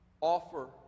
offer